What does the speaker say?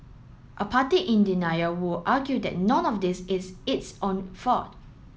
a party in denial would argue that none of this is its own fault